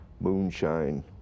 moonshine